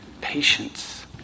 patience